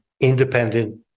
independent